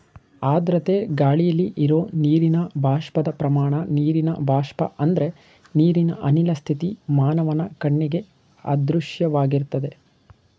ಆರ್ದ್ರತೆ ಗಾಳಿಲಿ ಇರೋ ನೀರಿನ ಬಾಷ್ಪದ ಪ್ರಮಾಣ ನೀರಿನ ಬಾಷ್ಪ ಅಂದ್ರೆ ನೀರಿನ ಅನಿಲ ಸ್ಥಿತಿ ಮಾನವನ ಕಣ್ಣಿಗೆ ಅದೃಶ್ಯವಾಗಿರ್ತದೆ